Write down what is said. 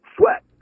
Sweat